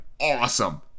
awesome